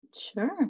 Sure